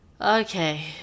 Okay